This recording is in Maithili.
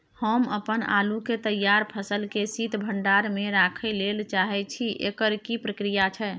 हम अपन आलू के तैयार फसल के शीत भंडार में रखै लेल चाहे छी, एकर की प्रक्रिया छै?